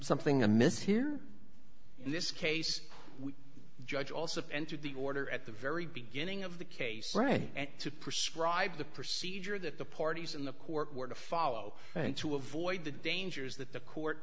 something amiss here in this case we judge also entered the order at the very beginning of the case right to prescribe the procedure that the parties in the court were to follow to avoid the dangers that the court